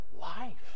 life